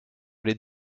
les